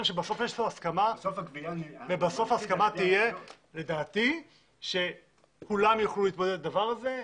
לדעתי יש פה הסכמה ובסוף תהיה הסכמה שכולם יכולים להתמודד עם הדבר הזה,